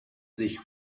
sich